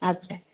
ଆଚ୍ଛା